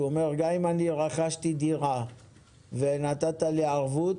הוא אומר: גם אם אני רכשתי דירה ונתת לי ערבות,